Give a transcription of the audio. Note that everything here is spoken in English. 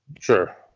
sure